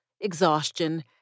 exhaustion